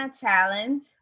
challenge